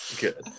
good